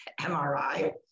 mri